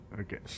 Okay